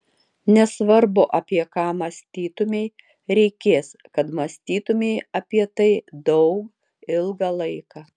nesvarbu apie ką mąstytumei reikės kad mąstytumei apie tai daug ilgą laiką